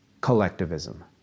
collectivism